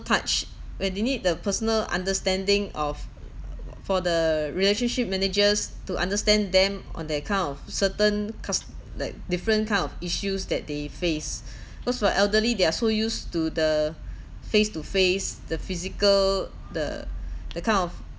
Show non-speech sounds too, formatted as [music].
touch where they need the personal understanding of for the relationship managers to understand them on that kind of certain cus~ like different kind of issues that they face [breath] cause for elderly they are so used to the face-to-face the physical the the kind of